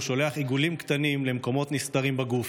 הוא שולח עיגולים קטנים למקומות נסתרים בגוף,